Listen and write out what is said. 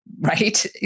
right